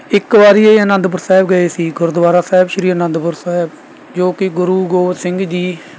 ਇੱਕ ਵਾਰੀ ਇਹ ਆਨੰਦਪੁਰ ਸਾਹਿਬ ਗਏ ਸੀ ਗੁਰਦੁਆਰਾ ਸਾਹਿਬ ਸ਼੍ਰੀ ਆਨੰਦਪੁਰ ਸਾਹਿਬ ਜੋ ਕਿ ਗੁਰੂ ਗੋੋਬਿੰਦ ਸਿੰਘ ਜੀ